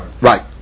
Right